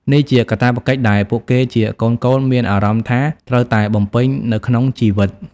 នេះជាកាតព្វកិច្ចដែលពួកគេជាកូនៗមានអារម្មណ៍ថា ត្រូវតែបំពេញនៅក្នុងជីវិត។